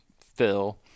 Phil